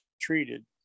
treated